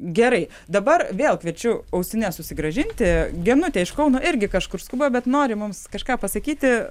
gerai dabar vėl kviečiu ausines susigrąžinti genutė iš kauno irgi kažkur skuba bet nori mums kažką pasakyti